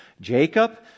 Jacob